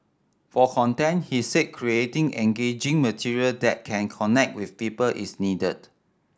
for content he said creating engaging material that can connect with people is needed